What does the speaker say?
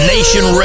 Nation